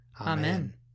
Amen